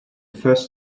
first